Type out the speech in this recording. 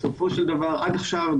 בסופו של דבר עד עכשיו,